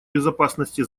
безопасности